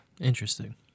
Interesting